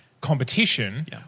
competition